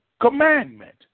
commandment